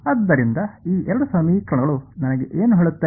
ಆದ್ದರಿಂದ ಈ ಎರಡು ಸಮೀಕರಣಗಳು ನನಗೆ ಏನು ಹೇಳುತ್ತವೆ